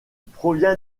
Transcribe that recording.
provient